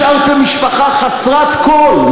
השארתם משפחה חסרת כול,